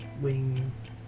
wings